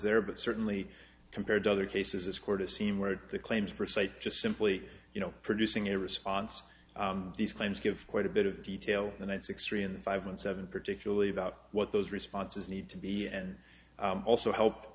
there but certainly compared to other cases this court a scene where the claims per se just simply you know producing a response these claims give quite a bit of detail in one six three in the five and seven particularly about what those responses need to be and also help